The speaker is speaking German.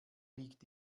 liegt